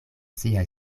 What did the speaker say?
siaj